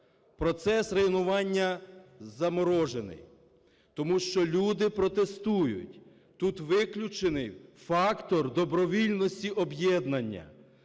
Процес районування заморожений, тому що люди протестують, тут виключений фактор добровільності об'єднання.